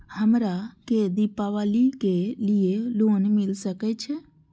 हमरा के दीपावली के लीऐ लोन मिल सके छे?